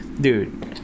dude